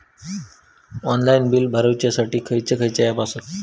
Online bill भरुच्यासाठी खयचे खयचे ऍप आसत?